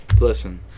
Listen